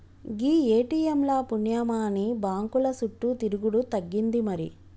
గీ ATM ల పుణ్యమాని బాంకుల సుట్టు తిరుగుడు తగ్గింది మరి